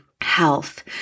health